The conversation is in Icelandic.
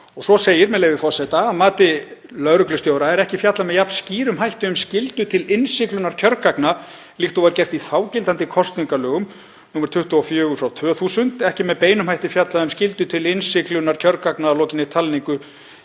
Svo segir, með leyfi forseta: „Að mati lögreglustjóra er ekki fjallað með jafn skýrum hætti um skyldu til innsiglunar kjörgagna líkt og var gert í þágildandi kosningalögum nr. 24/2000. Ekki er með beinum hætti fjallað um skyldu til innsiglunar kjörgagna að lokinni talningu